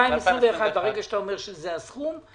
ברגע שאתה אומר שזה הסכום,